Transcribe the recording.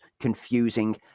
confusing